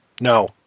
No